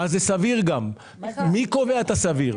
מי קובע את הסביר?